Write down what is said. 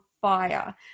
fire